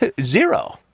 zero